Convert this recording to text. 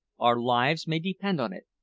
our lives may depend on it.